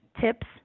tips